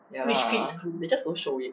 ya they just don't show it